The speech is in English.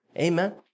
Amen